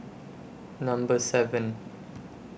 Number seven